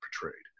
portrayed